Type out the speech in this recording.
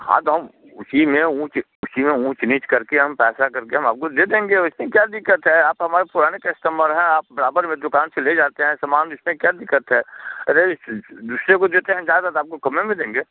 हाँ तो उसी में उच उसी में ऊँच नीच करके हम पैसा करके हम आपको दे देंगे उसमें क्या दिक्कत है आप हमारे पुराने कस्टमर हैं आप बराबर में दुकान से ले जाते हैं सामान इसमें क्या दिक्कत है अरे दूसरे को देते हैं ज़्यादा दाम को कम में देंगे